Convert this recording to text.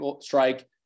strike